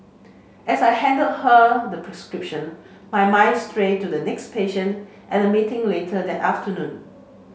as I handed her the prescription my mind strayed to the next patient and the meeting later that afternoon